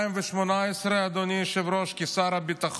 אמרתי שיש כמה דרגות.